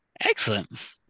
Excellent